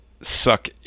suck